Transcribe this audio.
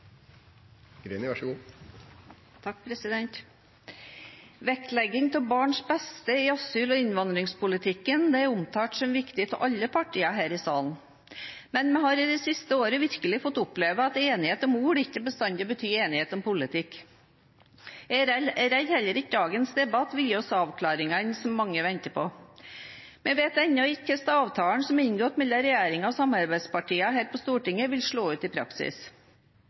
omtalt som viktig av alle partier her i salen, men vi har i det siste året virkelig fått oppleve at enighet om ord ikke bestandig betyr enighet om politikk. Jeg er redd heller ikke dagens debatt vil gi oss de avklaringene som mange venter på. Vi vet ennå ikke hvordan avtalen som er inngått mellom regjeringen og samarbeidspartiene her på Stortinget, vil slå ut i praksis.